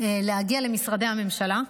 להגיע למשרדי הממשלה.